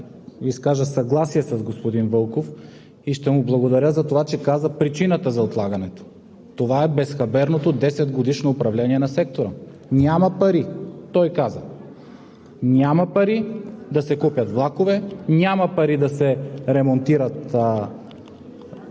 изкажа съгласие с господин Вълков и ще му благодаря за това, че каза причината за отлагането – това е безхаберното десетгодишно управление на сектора. Той каза, че няма пари да се купят влакове, няма пари да се ремонтира